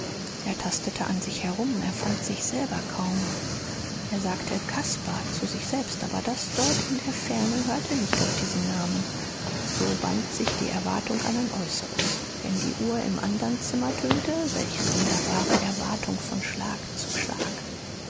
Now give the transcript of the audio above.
er tastete an sich herum er fand sich selber kaum er sagte caspar zu sich selbst aber das dort in der ferne hörte nicht auf diesen namen so band sich die erwartung an ein äußeres wenn die uhr im andern zimmer tönte welch sonderbare erwartung von schlag zu schlag